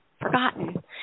forgotten